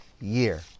year